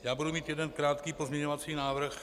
Já budu mít jeden krátký pozměňovací návrh.